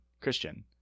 Christian